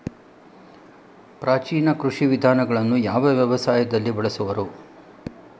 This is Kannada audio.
ಪ್ರಾಚೀನ ಕೃಷಿ ವಿಧಾನಗಳನ್ನು ಯಾವ ವ್ಯವಸಾಯದಲ್ಲಿ ಬಳಸುವರು?